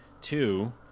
Two